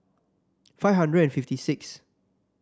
five hundred fifty sixth